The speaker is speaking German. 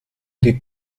die